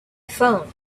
phone